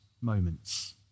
moments